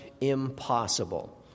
impossible